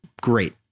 great